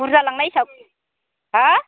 बुरजा लांनाय हिसाब हा